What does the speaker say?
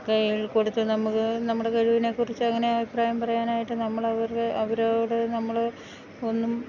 കൈയ്യിൽ കൊടുത്ത് നമുക്ക് നമ്മുടെ കഴിവിനെക്കുറിച്ച് അങ്ങനെ അഭിപ്രായം പറയാനായിട്ട് നമ്മൾ അവരുടെ അവരോട് നമ്മള് ഒന്നും